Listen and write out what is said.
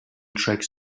tracks